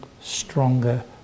stronger